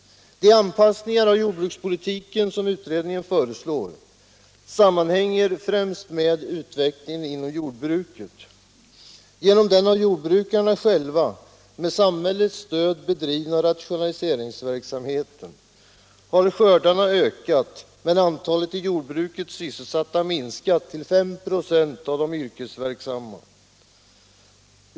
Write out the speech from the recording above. Den anpassning av jordbrukspolitiken som utredningen föreslår sammanhänger främst med utvecklingen inom jordbruket. Genom den av jordbrukarna själva med samhällets stöd bedrivna rationaliseringsverksamheten har skördarna ökat men antalet sysselsatta minskat i jordbruket till 5 96 av de yrkesverksamma.